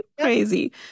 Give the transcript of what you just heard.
Crazy